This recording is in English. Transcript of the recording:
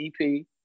EP